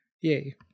Yay